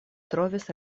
trovis